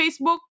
facebook